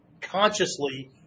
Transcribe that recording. consciously